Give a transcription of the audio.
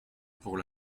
pour